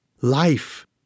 life